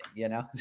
you know.